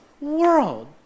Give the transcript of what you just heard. world